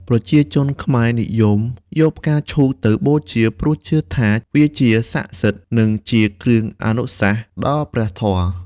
ប្រជាជនខ្មែរនិយមយកផ្កាឈូកទៅបូជា ព្រោះជឿថាវាជាសក្ដិសិទ្ធិ និងជាគ្រឿងអនុសាសន៍ដល់ព្រះធម៌។